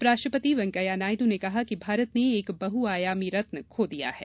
उपराष्ट्रपति वैंकैया नायडू ने कहा कि भारत ने एक बहुआयामी रत्न खो दिया है